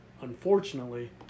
unfortunately